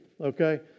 okay